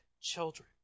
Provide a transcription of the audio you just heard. children